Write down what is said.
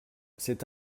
c’est